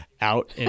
out